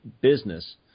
business